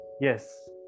Yes